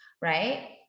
right